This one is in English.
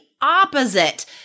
Opposite